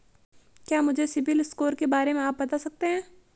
क्या मुझे सिबिल स्कोर के बारे में आप बता सकते हैं?